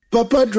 Papa